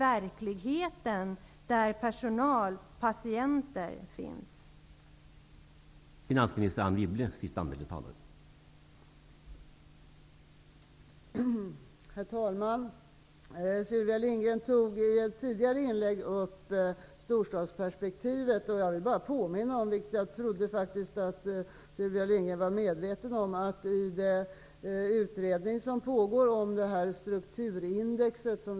Det avståndet är faktiskt längre än mellan Stockholm och